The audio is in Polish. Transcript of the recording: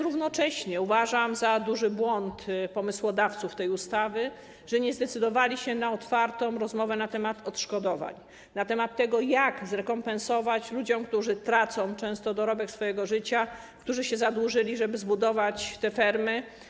Równocześnie uważam za duży błąd pomysłodawców tej ustawy fakt, że nie zdecydowali się na otwartą rozmowę na temat odszkodowań, na temat tego, jak zrekompensować ludziom fakt, że często tracą dorobek swojego życia, że zadłużyli się, żeby zbudować te fermy.